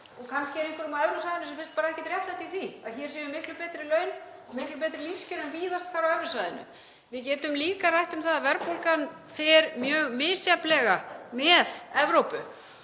og kannski finnst einhverjum á evrusvæðinu bara ekkert réttlæti í því að hér séu miklu betri laun og miklu betri lífskjör en víðast hvar á evrusvæðinu. Við getum líka rætt um það að verðbólgan fer mjög misjafnlega með Evrópu.